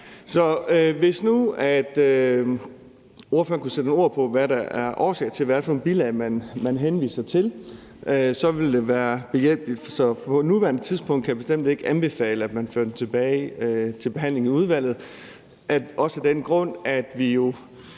Hvis nu ordføreren kunne sætte nogle ord på, hvad årsagen er, og hvad det er for nogle bilag, man henviser til, så ville det være behjælpeligt, for på nuværende tidspunkt kan jeg bestemt ikke anbefale, at man fører den tilbage til behandling i udvalget, også af den grund, at vi jo